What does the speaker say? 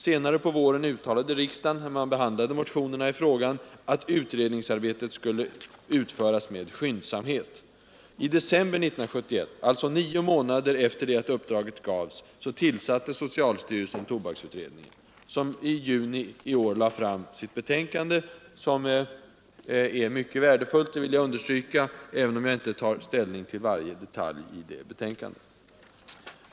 Senare på våren uttalade riksdagen, när man behandlade motioner i tobaksfrågan, att utredningsarbetet skulle utföras med skyndsamhet. I december 1971, alltså nio månader efter det att uppdraget gavs, tillsatte socialstyrelsen tobaksutredningen, som i juni i år lade fram ett betänkande som är mycket värdefullt — det vill jag understryka även om jag inte tar ställning till varje detalj i betänkandet.